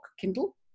Kindle